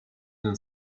than